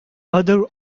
other